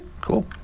cool